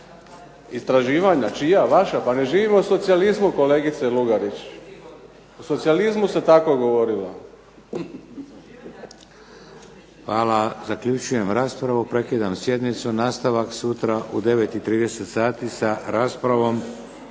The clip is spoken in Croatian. Istraživanja čija, vaša? Pa ne živimo u socijalizmu, kolegice Lugarić. U socijalizmu se tako govorilo. **Šeks, Vladimir (HDZ)** Hvala. Zaključujem raspravu. Prekidam sjednicu. Nastavak sutra u 9,30 sati sa raspravom